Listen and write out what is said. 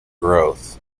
growth